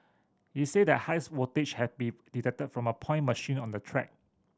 he said that highs voltage had been detected from a point machine on the track